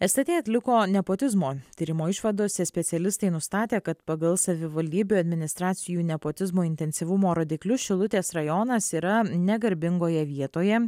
stt atliko nepotizmo tyrimo išvadose specialistai nustatė kad pagal savivaldybių administracijų nepotizmo intensyvumo rodiklius šilutės rajonas yra negarbingoje vietoje